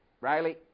Riley